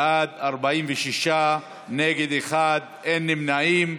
בעד, 46, נגד, אחד, אין נמנעים.